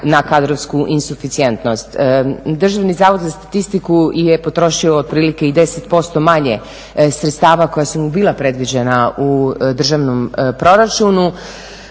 na kadrovsku insuficijentnost. Državni zavod za statistiku je potrošio otprilike i 10% manje sredstava koja su mu bila predviđena u državnom proračunu